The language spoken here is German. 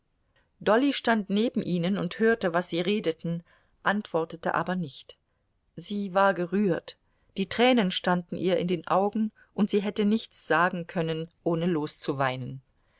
dolly stand neben ihnen und hörte was sie redeten antwortete aber nicht sie war gerührt die tränen standen ihr in den augen und sie hätte nichts sagen können ohne loszuweinen